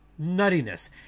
nuttiness